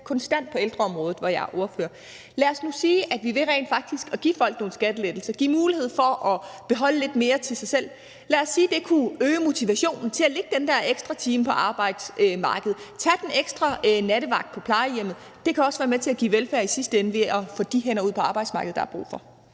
konstant på ældreområdet, hvor jeg er ordfører. Lad os nu sige, at vi rent faktisk ved at give folk nogle skattelettelser, give mulighed for at beholde lidt mere til sig selv, kunne øge motivationen til at lægge den der ekstra time på arbejdsmarkedet, tage den ekstra nattevagt på plejehjemmet. Det kan også være med til at give velfærd i sidste ende ved at få de hænder ud på arbejdsmarkedet, der er brug for.